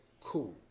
cool